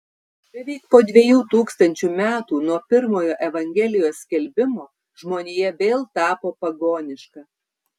beveik po dviejų tūkstančių metų nuo pirmojo evangelijos skelbimo žmonija vėl tapo pagoniška